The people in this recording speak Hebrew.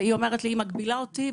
והיא מגבילה אותי,